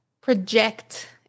project